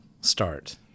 start